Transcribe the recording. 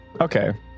Okay